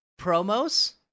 Promos